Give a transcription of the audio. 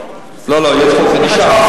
לא, לא, זה נשאר.